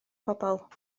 pobol